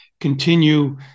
continue